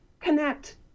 connect